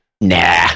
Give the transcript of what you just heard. Nah